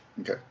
Okay